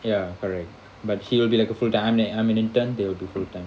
ya correct but he'll be like a full time there I'm an intern he'll be a full time